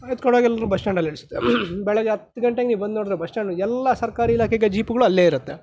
ಎತ್ಕೊಂಡೋಗಿ ಎಲ್ರನ್ನು ಬಸ್ಟಾಂಡಲ್ಲಿ ಇಳ್ಸತ್ತೆ ಬೆಳಗ್ಗೆ ಹತ್ತು ಗಂಟೆಗೆ ನೀವು ಬಂದು ನೋಡಿದ್ರೆ ಬಸ್ಟಾಂಡ್ ಎಲ್ಲ ಸರ್ಕಾರಿ ಇಲಾಖೆ ಜೀಪ್ಗಳೂ ಅಲ್ಲೇ ಇರತ್ತೆ